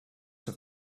have